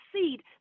seed